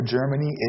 Germany